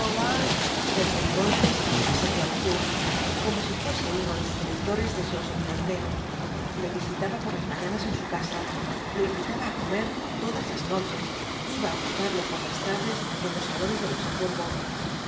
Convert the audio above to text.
desde entonces asedió á lacour como si fuese uno de sus electores deseoso de un empleo le visitaba por bos cuatro jinbtbs dbl apocalipsis s las mañanas en su casa lo invitaba á comer todas las noches iba á buscarle por las tardes en los salones del luxemburgo